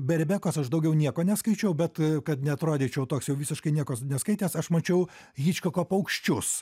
be rebekos aš daugiau nieko neskaičiau bet a kad neatrodyčiau toks jau visiškai nieko neskaitęs aš mačiau hičkoko paukščius